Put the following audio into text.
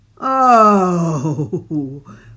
Oh